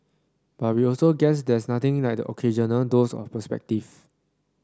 but we also guess there's nothing like the occasional dose of perspective